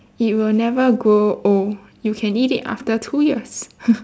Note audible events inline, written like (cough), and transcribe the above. it will never grow old you can eat it after two years (laughs)